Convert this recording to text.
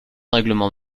règlement